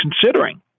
considering